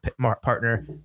partner